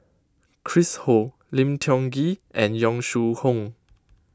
Chris Ho Lim Tiong Ghee and Yong Shu Hoong